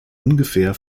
ungefähr